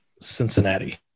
Cincinnati